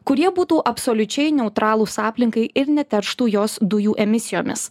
kurie būtų absoliučiai neutralūs aplinkai ir neterštų jos dujų emisijomis